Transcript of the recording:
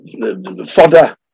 fodder